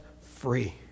free